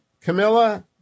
Camilla